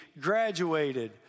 graduated